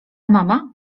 mama